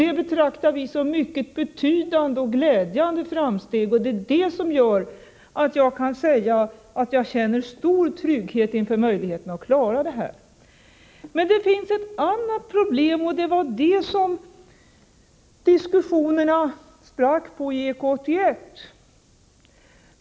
Det betraktar vi som ett mycket betydande och glädjande framsteg. Det är det som gör att jag kan säga att jag känner stor trygghet inför möjligheterna att klara detta. Men det finns ett annat problem, och det var också det som gjorde att diskussionerna sprack i EK 81.